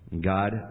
God